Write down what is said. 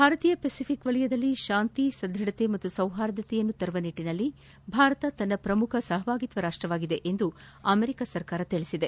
ಭಾರತೀಯ ಫೆಸಿಫಿಕ್ ವಲಯದಲ್ಲಿ ಶಾಂತಿ ಸದ್ವಡತೆ ಹಾಗೂ ಸೌಹಾರ್ದತೆಯನ್ನು ತರುವ ನಿಟ್ಟನಲ್ಲಿ ಭಾರತ ತನ್ನ ಪ್ರಮುಖ ಸಹಭಾಗಿತ್ವ ರಾಷ್ಟವಾಗಿದೆ ಎಂದು ಅಮೆರಿಕಾ ಹೇಳದೆ